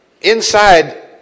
inside